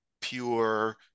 pure